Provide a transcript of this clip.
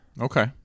Okay